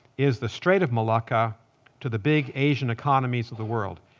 is the strait of malacca to the big asian economies of the world.